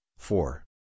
Four